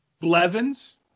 Blevins